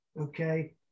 okay